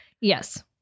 Yes